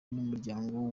n’umuryango